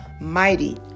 mighty